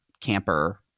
camper